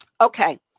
Okay